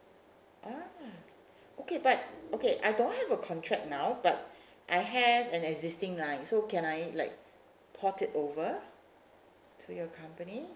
ah okay but okay I don't have a contract now but I have an existing line so can I like port it over to your company